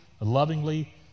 lovingly